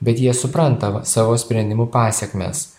bet jie supranta savo sprendimų pasekmes